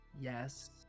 Yes